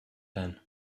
then